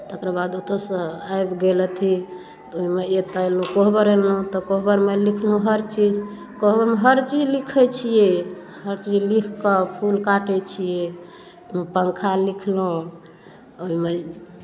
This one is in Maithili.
तकर बाद ओतऽसँ आबि गेल अथी तऽ ओहिमे कोहबर अएलहुँ तऽ कोहबरमे लिखलहुँ हर चीज कोहबरमे हर चीज लिखै छिए हर चीज लिखिकऽ फूल काटै छिए पंखा लिखलहुँ ओहिमे